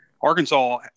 Arkansas